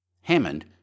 Hammond